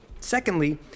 Secondly